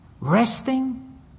resting